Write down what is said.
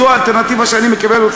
זו האלטרנטיבה שאני מקבל.